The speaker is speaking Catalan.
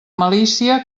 malícia